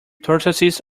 tortoises